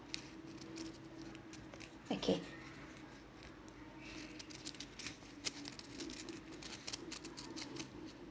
okay